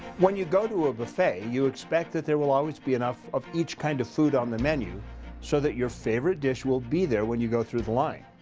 when you go to a buffet you expect that there will always be enough of each kind of food on the menu so that your favorite dish will be there when you go through the line.